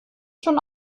schon